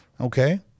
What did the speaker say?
Okay